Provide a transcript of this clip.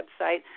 website